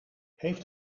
heeft